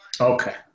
Okay